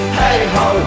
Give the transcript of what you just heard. hey-ho